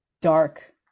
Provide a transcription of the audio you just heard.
dark